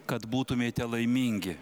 kad būtumėte laimingi